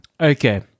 Okay